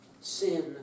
Sin